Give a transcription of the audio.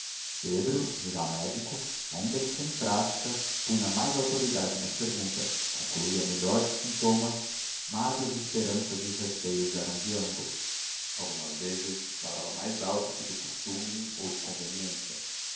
pedro já médico ainda que sem prática punha mais autoridade nas perguntas concluía melhor dos sintomas mas as esperanças e os receios eram de ambos algumas vezes falavam mais alto que de costume e de conveniência